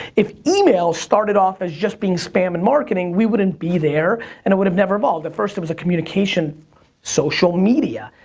if email started off as just being spam and marketing, we wouldn't be there and it would have never evolved. at first it was a communication social media.